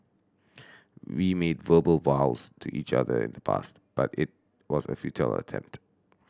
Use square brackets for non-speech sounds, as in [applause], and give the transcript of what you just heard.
[noise] we made verbal vows to each other in the past but it was a futile attempt